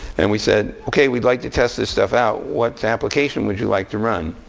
and we said, ok, we'd like to test this stuff out. what application would you like to run?